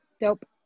Dope